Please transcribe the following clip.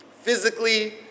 physically